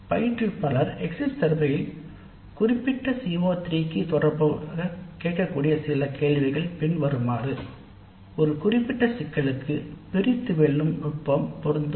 பயிற்றுவிப்பாளர் exit survey கணக்கெடுப்பி ல்கேட்கக்கூடிய CO3 க்கு குறிப்பிட்ட சில கேள்வி பின்வருமாறு ஒரு குறிப்பிட்ட சிக்கலுக்குப் பிரித்து வெல்லும் நுட்பம் பொருந்துமா